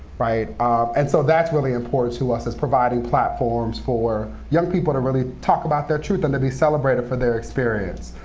and so that's really important to us, is providing platforms for young people to really talk about their truth and to be celebrated for their experience.